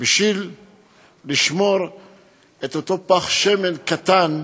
בשביל לשמור את אותו פך שמן קטן,